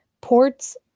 Port's